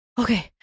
okay